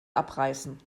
abreißen